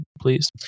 please